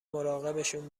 مراقبشون